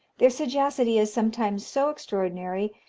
their sagacity is sometimes so extraordinary,